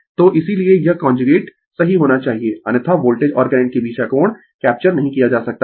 तो इसीलिये यह कांजुगेट सही होना चाहिए अन्यथा वोल्टेज और करंट के बीच का कोण कैप्चर नहीं किया जा सकता है